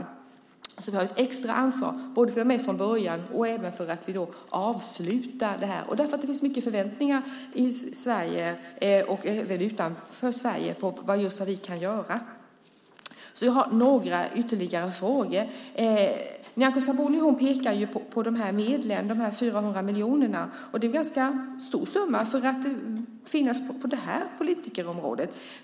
Vi har alltså ett extra ansvar, både för att vi är med från början och för att vi avslutar det. Det finns mycket förväntningar på oss i och utanför Sverige när det gäller vad vi kan göra. Jag har några ytterligare frågor. Nyamko Sabuni pekar på de 400 miljoner som avsätts. Det är en ganska stor summa på det här politikområdet.